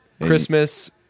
Christmas